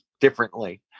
differently